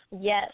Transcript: Yes